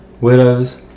widows